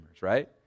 right